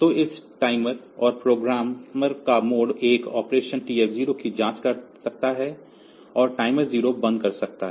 तो इस टाइमर और प्रोग्रामर का मोड 1 ऑपरेशन TF0 की जाँच कर सकता है और टाइमर 0 बंद कर सकता है